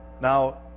Now